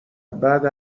بعد